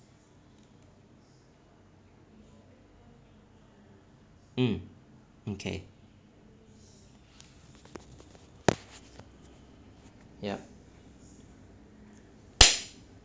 um okay yup